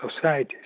societies